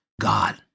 God